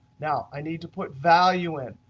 now, i need to put value in.